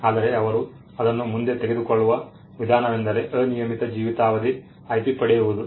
ಆದರೆ ಅವರು ಅದನ್ನು ಮುಂದೆ ತೆಗೆದುಕೊಳ್ಳುವ ವಿಧಾನವೆಂದರೆ ಅನಿಯಮಿತ ಜೀವಿತಾವಧಿ IP ಪಡೆಯುವುದು